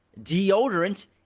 deodorant